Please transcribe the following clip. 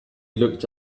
looked